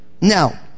Now